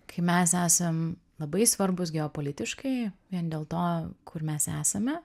kai mes esam labai svarbūs geopolitiškai vien dėl to kur mes esame